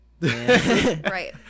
Right